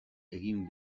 egin